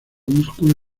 músculo